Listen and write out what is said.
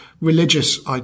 religious